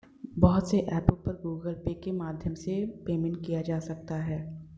बहुत से ऐपों पर गूगल पे के माध्यम से पेमेंट किया जा सकता है